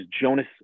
Jonas